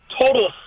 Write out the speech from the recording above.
total